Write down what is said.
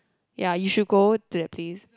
ya you should go to that place